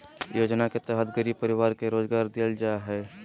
योजना के तहत गरीब परिवार के रोजगार देल जा हइ